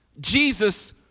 Jesus